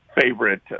favorite